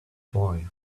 boy